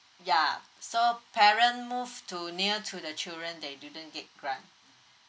ya so parent move to near to the children they didn't get grant